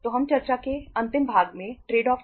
तो हम चर्चा के अंतिम भाग में ट्रेड ऑफ